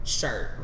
shirt